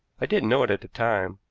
i didn't know it at the time,